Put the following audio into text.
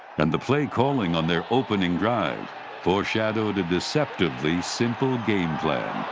and the play calling on their opening drive foreshadowed a deceptively simple game plan.